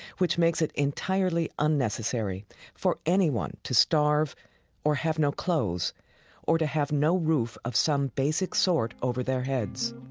which makes it entirely unnecessary for anyone to starve or have no clothes or to have no roof of some basic sort over their heads